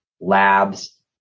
labs